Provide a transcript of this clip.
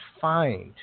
find